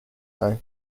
know